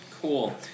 cool